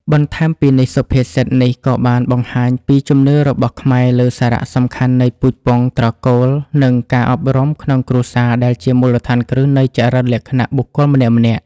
បន្ថែមពីនេះ សុភាសិតនេះក៏បានបង្ហាញពីជំនឿរបស់ខ្មែរលើសារៈសំខាន់នៃពូជពង្ស ត្រកូល និងការអប់រំក្នុងគ្រួសារ ដែលជាមូលដ្ឋានគ្រឹះនៃចរិតលក្ខណៈបុគ្គលម្នាក់ៗ។